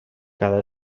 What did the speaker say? cada